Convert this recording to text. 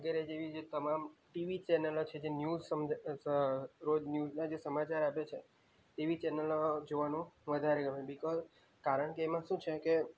વગેરે જેવી જે તમામ ટીવી ચેનલો છે જે ન્યૂઝ સમ રોજ ન્યૂઝના જે સમાચાર આપે છે એવી ચેનલો જોવાનું વધારે ગમે બીકોઝ કારણ કે એમાં શું છે કે